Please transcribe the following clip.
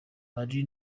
ari